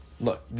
look